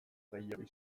gehiegi